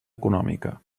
econòmica